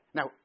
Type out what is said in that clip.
Now